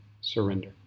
surrender